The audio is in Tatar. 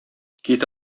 кит